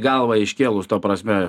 galvą iškėlus ta prasme